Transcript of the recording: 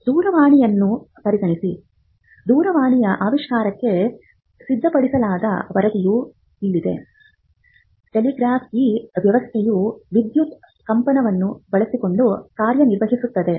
ದೂರವಾಣಿಯನ್ನು ಪರಿಗಣಿಸಿ ದೂರವಾಣಿಯ ಆವಿಷ್ಕಾರಕ್ಕೆ ಸಿದ್ಧಪಡಿಸಲಾದ ವರದಿಯು ಇಲ್ಲಿದೆ ಟೆಲಿಗ್ರಾಫ್ ಈ ವ್ಯವಸ್ಥೆಯು ವಿದ್ಯುತ್ ಕಂಪನವನ್ನು ಬಳಸಿಕೊಂಡು ಕಾರ್ಯನಿರ್ವಹಿಸುತ್ತದೆ